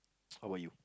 how about you